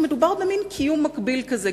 מדובר במין קיום מקביל כזה,